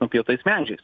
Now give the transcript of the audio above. nupjautais medžiais